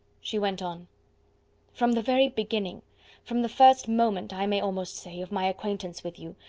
she went on from the very beginning from the first moment, i may almost say of my acquaintance with you,